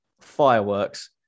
fireworks